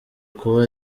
kuba